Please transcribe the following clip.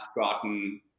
gotten